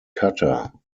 cutter